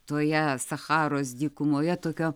toje sacharos dykumoje tokio